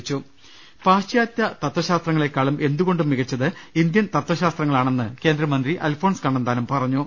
ലലലലലലലലലലലല പാശ്ചാതൃ തത്വശാസ്ത്രങ്ങളെക്കാളും എന്തുകൊണ്ടും മികച്ചത് ഇന്ത്യൻ തത്വശാസ്ത്രങ്ങളാണെന്ന് കേന്ദ്രമന്ത്രി അൽഫോൺസ് കണ്ണന്താനം പറഞ്ഞു